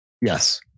Yes